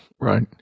Right